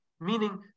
meaning